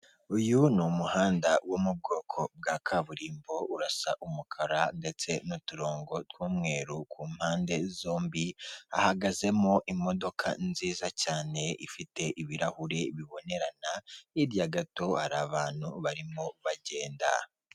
Uyu ni umuhanda wo mu bwoko bwa kaburimbo, urasa umukara ndetse n'uturongo tw'umweru, ku mpande zombi hahagazemo imodoka nziza cyane, ifite ibirahure bibonerana, hirya gato hari abantu barimo bagenda.